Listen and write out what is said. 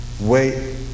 Wait